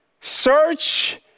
search